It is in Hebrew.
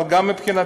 אבל גם מבחינתנו,